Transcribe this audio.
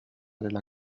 della